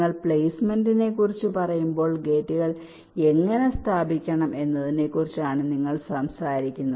നിങ്ങൾ പ്ലെയ്സ്മെന്റുകളെക്കുറിച്ച് പറയുമ്പോൾ ഗേറ്റുകൾ എങ്ങനെ സ്ഥാപിക്കണം എന്നതിനെക്കുറിച്ചാണ് നിങ്ങൾ സംസാരിക്കുന്നത്